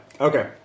Okay